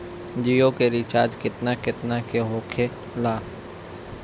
जियो के रिचार्ज केतना केतना के होखे ला?